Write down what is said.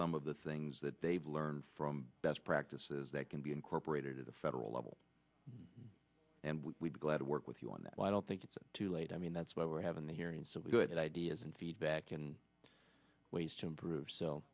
some of the things that they've learned from best practices that can be incorporated to the federal level and we are glad to work with you on that i don't think it's too late i mean that's why we're having the hearing some good ideas and feedback and ways to improve so